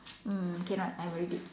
mm cannot I've already